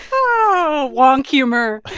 so oh, wonk humor